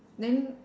then